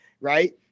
right